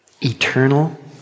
eternal